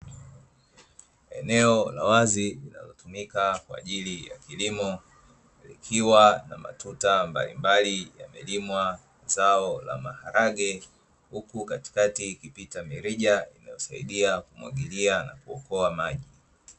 Eneo la wazi linalotumika kwa ajili ya kilimo, ikiwa na matuta mbalimbali yamelimwa zao la maharage huku katikati ikipita mirija inayosaidia kumwangalia na kuokoa maji.